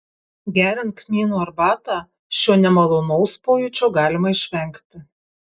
geriant kmynų arbatą šio nemalonaus pojūčio galima išvengti